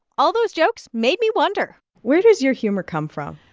all those jokes made me wonder where does your humor come from?